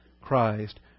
Christ